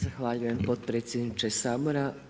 Zahvaljujem potpredsjedniče Sabora.